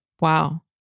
Wow